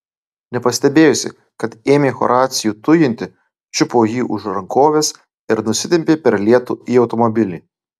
nepastebėjusi kad ėmė horacijų tujinti čiupo jį už rankovės ir nusitempė per lietų į automobilį